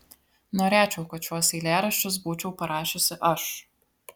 norėčiau kad šiuos eilėraščius būčiau parašiusi aš